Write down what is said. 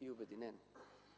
и обединен.